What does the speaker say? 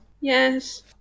Yes